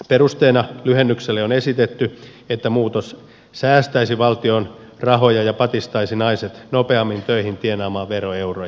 perusteena lyhennykselle on esitetty että muutos säästäisi valtion rahoja ja patistaisi naiset nopeammin töihin tienaamaan veroeuroja